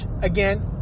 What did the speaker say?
again